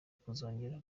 kuzongera